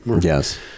Yes